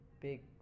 big